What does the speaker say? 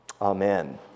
Amen